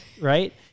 Right